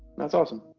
that's awesome.